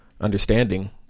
understanding